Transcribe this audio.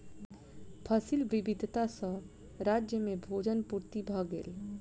फसिल विविधता सॅ राज्य में भोजन पूर्ति भ गेल